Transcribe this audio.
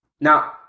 Now